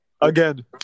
again